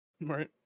Right